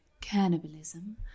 Cannibalism